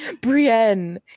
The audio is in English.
Brienne